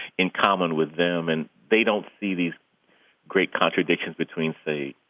in common with them and they don't see these great contradictions between, say,